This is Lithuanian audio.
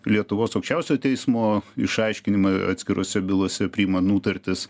lietuvos aukščiausiojo teismo išaiškinimai atskirose bylose priimant nutartis